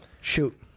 shoot